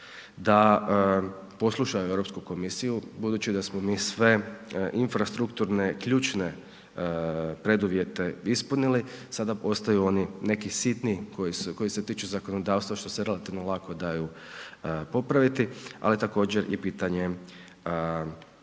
da poslušaju Europsku komisiju budući da smo mi sve infrastrukturne ključne preduvjete ispunili, sada ostaju oni neki sitni koji se tiču zakonodavstva što se relativno lako daju popraviti, ali također i pitanje